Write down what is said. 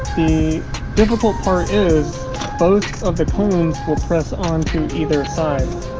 the difficult is both of the cones will press on to either side